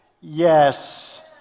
yes